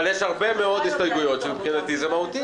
אבל יש הרבה מאוד הסתייגויות שמבחינתי הן מהותיות.